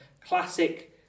classic